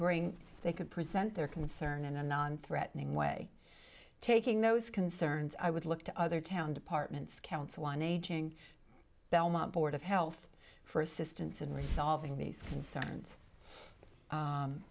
bring they could present their concern in a non threatening way taking those concerns i would look to other town departments council on aging belmont board of health for assistance in resolving these concerns